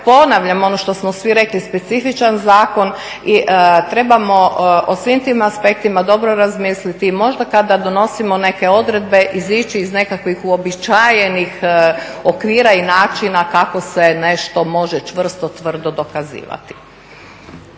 ponavljam ono što smo svi rekli specifičan zakon i trebamo o svim tim aspektima dobro razmisliti i možda kada donosimo neke odredbe izići iz nekakvih uobičajenih okvira i načina kako se nešto može čvrsto, tvrdo dokazivati.